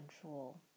control